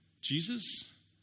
Jesus